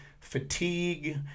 fatigue